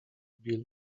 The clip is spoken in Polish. bill